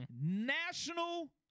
National